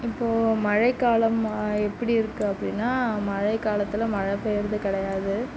இப்போது மழைக்காலம் எப்படி இருக்குது அப்படின்னா மழைக்காலத்தில் மழை பெய்கிறது கிடையாது